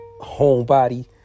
homebody